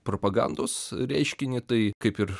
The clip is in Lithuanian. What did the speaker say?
propagandos reiškinį tai kaip ir